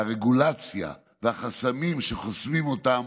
והרגולציה והחסמים שחוסמים אותם,